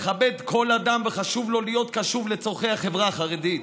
מכבד כל אדם וחשוב לו להיות קשוב לצורכי החברה החרדית.